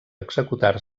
executar